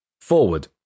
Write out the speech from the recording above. Forward